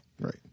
Right